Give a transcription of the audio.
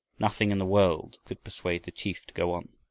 nothing in the world could persuade the chief to go on.